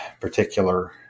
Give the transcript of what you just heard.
particular